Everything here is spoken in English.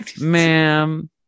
ma'am